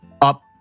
up